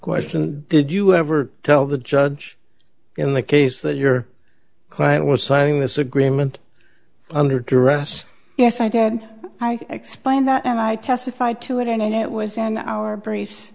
question did you ever tell the judge in the case that your client was signing this agreement under duress yes i did explain that and i testified to it and it was in our